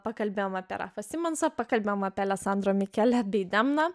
pakalbėjom apie rafą simonsą pakalbėjom apie aleksandro mikele bei demną